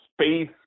space